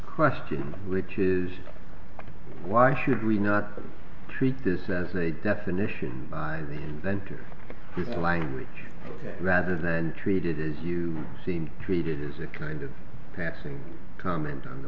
question which is why should we not treat this as a definition and then to hear the language rather than treated as you see treated as a kind of passing comment on the